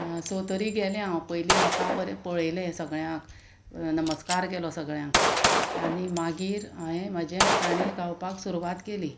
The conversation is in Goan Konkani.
सो तरी गेलें हांव पयलीं लोकां पर पळयलें सगळ्यांक नमस्कार केलो सगळ्यांक आनी मागीर हांयें म्हाजें गाणें गावपाक सुरवात केली